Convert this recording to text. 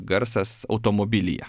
garsas automobilyje